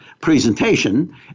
presentation